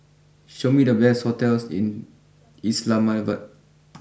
show me the best hotels in Islamabad